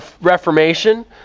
reformation